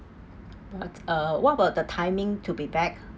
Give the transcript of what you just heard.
but uh what about the timing to be back